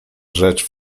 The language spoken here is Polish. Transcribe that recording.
rzecz